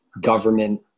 government